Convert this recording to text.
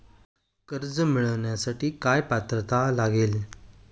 कर्ज मिळवण्यासाठी काय पात्रता लागेल?